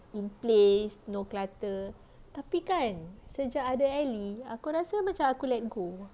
in place no clutter tapi kan sejak ada elly aku rasa macam aku let go